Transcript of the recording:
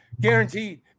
guaranteed